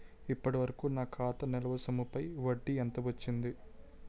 ఇప్పటి వరకూ నా ఖాతా నిల్వ సొమ్ముపై వడ్డీ ఎంత వచ్చింది?